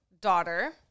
daughter